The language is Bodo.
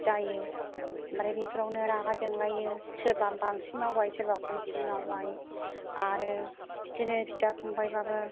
जायो ओमफ्राय बेफ्रावनो रागा जोंलायो सोरबा बांसिन मावबाय सोरबा खमसिन मावबाय आरो बिदिनो बिदा फंबायबाबो